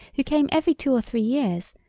who came every two or three years,